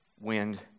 wind